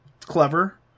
clever